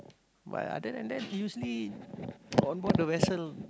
but other than that usually on board the vessel